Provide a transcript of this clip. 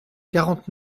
quarante